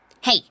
Hey